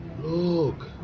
Look